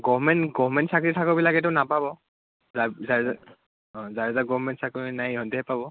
government government চাকৰি থকা বিলাকেতো নাপাব যাৰ অঁ যাৰ যাৰ গভমেণ্ট চাকৰি নাই সিহঁতেহে পাব